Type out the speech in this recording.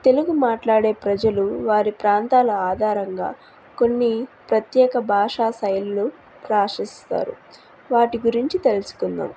తెలుగు మాట్లాడే ప్రజలు వారి ప్రాంతాల ఆధారంగా కొన్ని ప్రత్యేక భాషా శైలులు పాటిస్తారు వాటి గురించి తెలుసుకుందాము